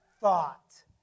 thought